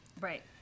Right